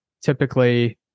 typically